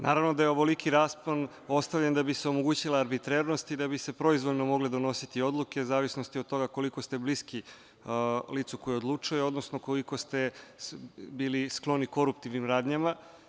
Naravno da je ovoliki raspon ostavljen da bi se omogućila arbitrernost i da bi se proizvoljno mogle donositi odluke, u zavisnosti od toga koliko ste bliski licu koje odlučuje, odnosno koliko ste bili skloni koruptivnim radnjama.